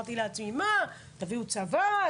אמרתי לעצמי: "תביאו צבא,